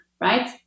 right